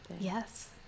Yes